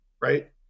right